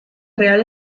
real